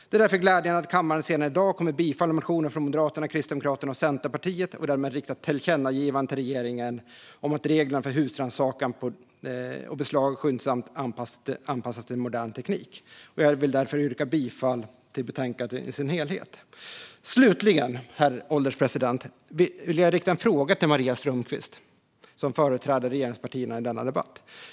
Det är därför glädjande att kammaren senare i dag kommer att bifalla motioner från Moderaterna, Kristdemokraterna och Centerpartiet och därmed rikta ett tillkännagivande till regeringen om att reglerna för husrannsakan och beslag skyndsamt ska anpassas till modern teknik. Jag vill därför yrka bifall till förslaget i betänkandet i dess helhet. Herr ålderspresident! Slutligen vill jag rikta en fråga till Maria Strömkvist, som företräder regeringspartierna i denna debatt.